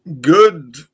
Good